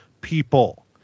people